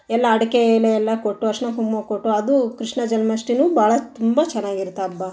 ಎಲ್ಲ ಅಡಿಕೆ ಎಲೆ ಎಲ್ಲ ಕೊಟ್ಟು ಅರಿಶ್ಣ ಕುಂಕುಮ ಕೊಟ್ಟು ಅದೂ ಕೃಷ್ಣ ಜನ್ಮಾಷ್ಟ್ಮಿನೂ ಭಾಳ ತುಂಬ ಚೆನ್ನಾಗಿರುತ್ತೆ ಹಬ್ಬ